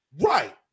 Right